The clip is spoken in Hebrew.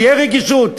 שתהיה רגישות.